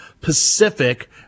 Pacific